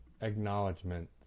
acknowledgement